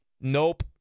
Nope